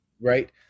right